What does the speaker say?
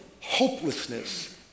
hopelessness